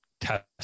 test